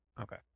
Okay